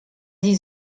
sie